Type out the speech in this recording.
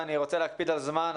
ואני רוצה להקפיד על זמן,